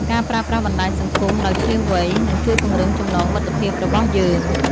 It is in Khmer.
ការប្រើប្រាស់បណ្ដាញសង្គមដោយឈ្លាសវៃនឹងជួយពង្រឹងចំណងមិត្តភាពរបស់យើង។